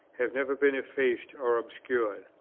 have never been effaced or obscured.